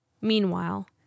Meanwhile